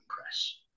press